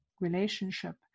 relationship